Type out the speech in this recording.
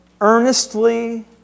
earnestly